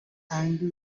angry